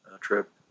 trip